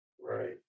Right